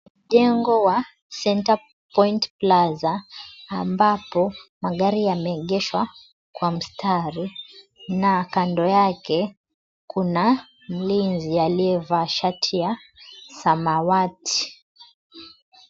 Jengo wa Centre Point Plaza ambapo magari yameegeshwa kwa mstari na kando yake kuna mlinzi aliyevaa shati ya samawati.